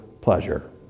pleasure